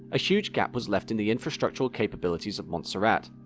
a huge gap was left in the infrastructural capabilities of montserrat,